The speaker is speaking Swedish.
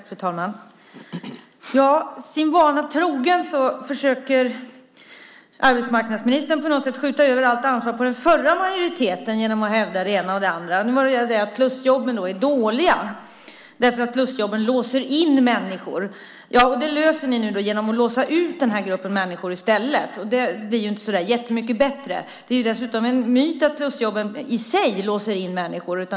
Fru talman! Sin vana trogen försöker arbetsmarknadsministern skjuta över allt ansvar på den förra majoriteten genom att hävda än det ena, än det andra. Nu säger han att plusjobben är dåliga därför att de låser in människor. Det löser ni nu genom att låsa ut den här gruppen människor i stället. Det blir det inte så jättemycket bättre av. Det är dessutom en myt att plusjobben i sig låser in människor.